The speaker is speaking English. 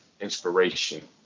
inspiration